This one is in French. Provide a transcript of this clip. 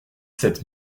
sept